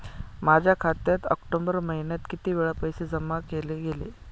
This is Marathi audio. माझ्या खात्यात ऑक्टोबर महिन्यात किती वेळा पैसे जमा केले गेले?